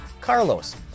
Carlos